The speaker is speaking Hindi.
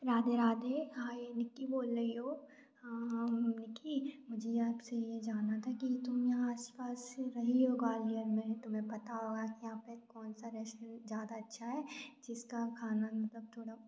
राधे राधे हाए निक्की बोल रही हो अ निक्की मुझे आपसे ये जानना था कि तुम यहाँ आस पास रही हो ग्वालियर में तुम्हें पता होगा यहाँ पर कौन सा रेस्टोरेंट ज्यादा अच्छा है जिसका खाना मतलब थोड़ा